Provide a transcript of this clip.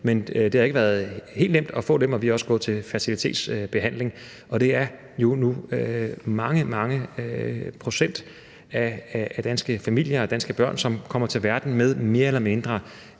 men det har ikke været helt nemt at få dem, og vi har også gået til fertilitetsbehandling. Og det er jo nu mange, mange procent af danske familier, der får hjælp, og danske børn, som kommer til verden med større eller mindre